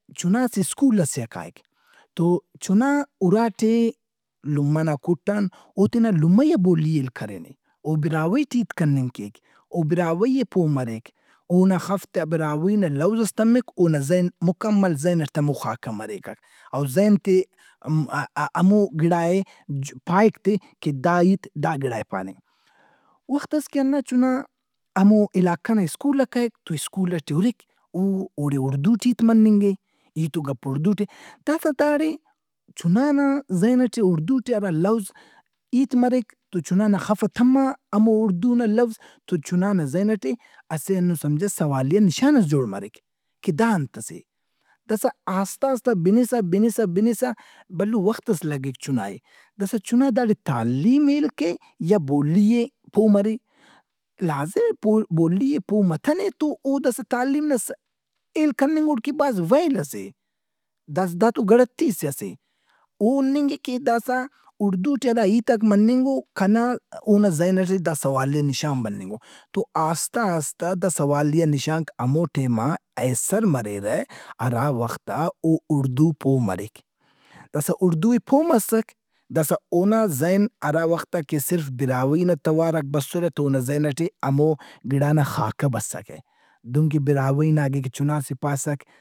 اسہ سکول ئسے آ کائک تو چُنا اُرا ٹے لمہ نا کُٹ ان اوتینا لمئیئا بولی ئے ہیل کرینے۔ اوبراہوئی ٹے ہیت کننگ کیک، او براہوئی ئے پو مریک۔ اونا خفتے آ براہوئی نا لوزئس تمّک اونا ذہن مکمل ذہن اٹ تہ ہمو خاکہ مریکک۔ او ذہن تہِ م-ا-ا ہمو گڑا ئے جُ- پائک تہِ کہ دا ہیت دا گڑا ئے پاننگ۔ وختس کہ ہنْا چُنا ہمو علاقہ نا سکول آ کائک تو سکول ئٹے ہُرک او اوڑے اُؑدو ٹے ہیت مننگ اے ہیت و گپ اڑدو ٹے۔ داسا داڑے چُنا نا ذہن ئٹے اُڑدو ٹے ہرا لوز ہیت مریک تو چُنانا خف آ تم ہمو اڑدو نا لوز تو چنانا ذہن ئٹے اسہ ہندن سمجھہ سوالیہ نشانس جوڑمریک کہ دا انت ئس اے۔ داسا آستہ آستہ بِنِسہ بنسہ بِنسہ بھلووختس لگّک چُنا ئے داسا چُنا داڑے تعلیم ہیل کے یا بولی ئے پو مرے۔ لازم اے بولی ئے پو متنے تو اوداسا تعلیم نا ہیل کننگ اوڑ کہ بھاز ویل ئس اے۔ داسا دا تو گڑتِیس اے اسہ۔ او ہُننگ اے کہ داسا اُڑدو ٹے ہرا ہیتاک مننگ اوکنا اونا ذہن ئٹے دا سوالیہ نشان بننگ او، تو آستہ آستہ دا سوالیہ نشانک ہمو ٹیم آ ایسرمریرہ ہراوخت آ او اُڑدو پو مریک۔ داسا اُڑدو ئے پو مسک داسا اونا ذہن ہرا وخت آ کہ صرف براہوئی نا تواراک بسرہ تو اونا ذہن ئٹے ہمو گِڑانا خاکہ بسکہ۔ دہن کہ براہوئی نا اگہ کہ چُناس ئے پاسک۔